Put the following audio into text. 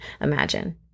imagine